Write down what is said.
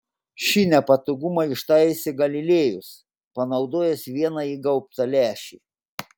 šį nepatogumą ištaisė galilėjus panaudojęs vieną įgaubtą lęšį